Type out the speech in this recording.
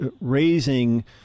raising